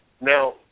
Now